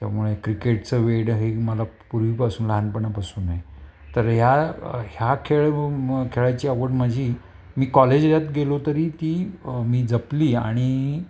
त्यामुळे क्रिकेटचं वेड हे मला पूर्वीपासून लहानपणापासून आहे तर ह्या ह्या खेळ खेळायची आवड माझी मी कॉलजात गेलो तरी ती मी जपली आणि